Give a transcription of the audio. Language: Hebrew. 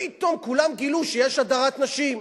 פתאום כולם גילו שיש הדרת נשים,